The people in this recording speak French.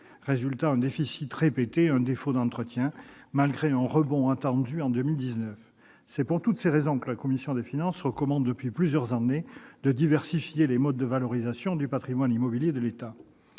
résulte un déficit répété et un défaut d'entretien, malgré un rebond attendu en 2019. Pour toutes ces raisons, la commission des finances recommande depuis plusieurs années de diversifier les modes de valorisation du patrimoine immobilier de l'État.